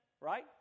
right